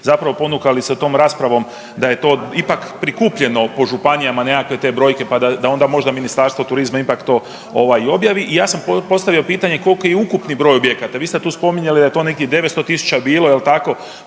ste mi ponukali sa tom raspravom da je to ipak prikupljeno po županijama nekakve te brojke pa da onda možda Ministarstvo turizma ipak to ovaj objavi, i ja sam postavio pitanje koliko je ukupno broj objekata, vi ste spominjali da je to nekih 900 tisuća bilo jel tako,